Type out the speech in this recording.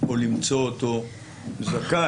או למצוא אותו זכאי.